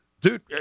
Dude